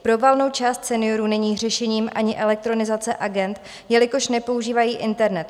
Pro valnou část seniorů není řešením ani elektronizace agend, jelikož nepoužívají internet.